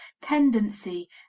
tendency